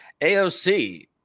AOC